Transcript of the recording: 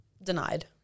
Denied